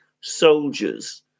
soldiers